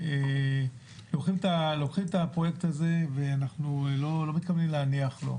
אנחנו לוקחים את הפרויקט הזה ואנחנו לא מתכוונים להניח לו.